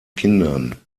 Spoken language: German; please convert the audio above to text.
kindern